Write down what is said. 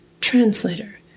translator